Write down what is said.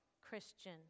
Christian